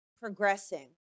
progressing